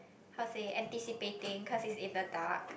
how to say anticipating cause it's in the dark